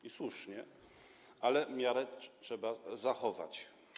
I słusznie, ale miarę trzeba zachować.